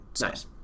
Nice